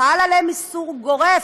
חל עליהן איסור גורף,